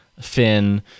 Finn